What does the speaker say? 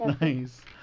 Nice